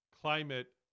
Climate